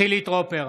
חילי טרופר,